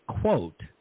quote